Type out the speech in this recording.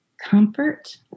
comfort